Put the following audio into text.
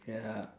ya